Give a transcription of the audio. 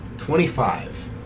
Twenty-five